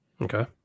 Okay